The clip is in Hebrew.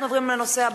נעבור לתוצאות: